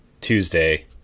Tuesday